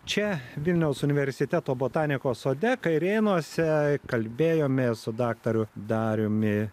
čia vilniaus universiteto botanikos sode kairėnuose kalbėjomės su daktaru dariumi